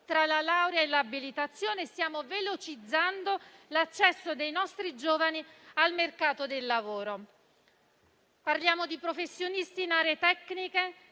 tra la laurea e l'abilitazione e stiamo velocizzando l'accesso dei nostri giovani al mercato del lavoro. Parliamo di professionisti in aree tecniche